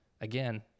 again